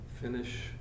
finish